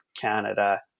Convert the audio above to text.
Canada